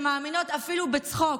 שמאמינות, אפילו בצחוק,